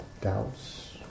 doubts